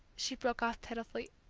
she broke off pitifully,